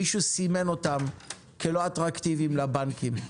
מישהו סימן אותם כלא אטרקטיביים לבנקים.